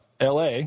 LA